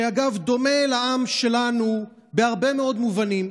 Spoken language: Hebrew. שאגב, דומה לעם שלנו בהרבה מאוד מובנים.